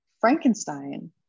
Frankenstein